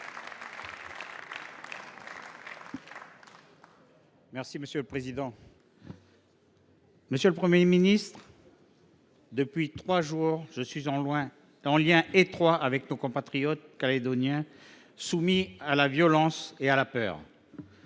Les Républicains. Monsieur le Premier ministre, depuis trois jours, je suis en lien étroit avec nos compatriotes calédoniens, soumis à la violence et à la peur,